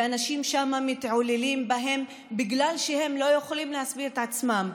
ואנשים שם מתעללים בהם בגלל שהם לא יכולים להסביר את עצמם.